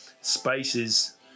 spaces